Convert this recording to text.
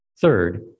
Third